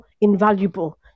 invaluable